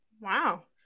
Wow